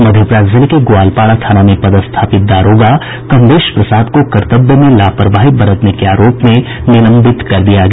मधेपुरा जिले के ग्वालपाड़ा थाना में पदस्थापित दारोगा कमलेश प्रसाद को कर्तव्य में लापरवाही बरतने के आरोप में निलंबित कर दिया गया